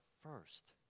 first